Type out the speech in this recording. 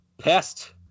pest